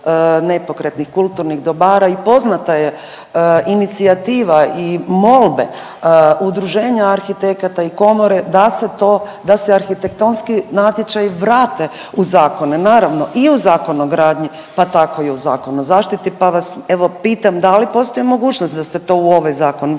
nepokretnih kulturnih dobara i poznata je inicijativa i molbe Udruženja arhitekata i Komore da se to, da se arhitektonski natječaji vrate u zakone naravno i u Zakon o gradnji, pa tako i u Zakon o zaštiti, pa vas evo pitam da li postoji mogućnost da se to u ovaj zakon vrati,